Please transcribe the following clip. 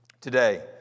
Today